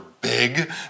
big